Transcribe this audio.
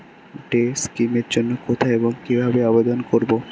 Day scheme এর জন্য কোথায় এবং কিভাবে আবেদন করব?